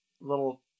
little